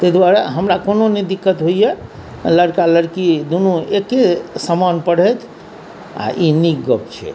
ताहि दुआरे हमरा कोनो नहि दिक्कत होइया लड़का लड़की दुनू एके समान पढ़ैत आ ई नीक गप छै